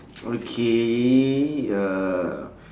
okay uh